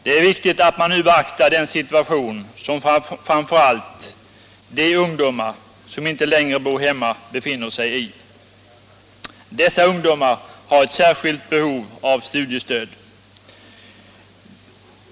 Det är viktigt att man nu beaktar den situation som framför allt de ungdomar som inte längre bor hemma befinner sig i. Dessa ungdomar har ett särskilt behov av studiestöd.